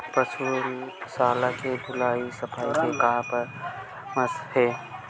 पशु शाला के धुलाई सफाई के का परामर्श हे?